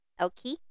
Okay